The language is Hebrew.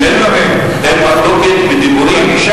אין מחלוקת בדיבורים,